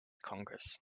congress